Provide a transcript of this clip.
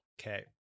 okay